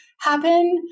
happen